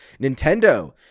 Nintendo